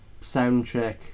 soundtrack